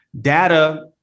Data